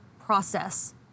process